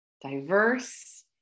diverse